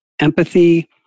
Empathy